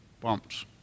Bumps